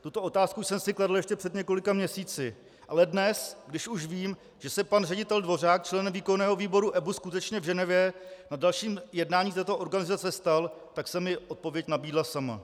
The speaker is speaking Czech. Tuto otázku jsem si kladl ještě před několika měsíci, ale dnes, když už vím, že se pan ředitel Dvořák členem výkonného výboru EBU skutečně v Ženevě na dalším jednání v této organizaci stal, tak se mi odpověď nabídla sama.